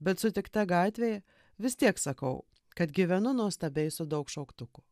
bet sutikta gatvėje vis tiek sakau kad gyvenu nuostabiai su daug šauktukų